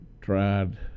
tried